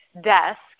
desk